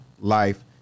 life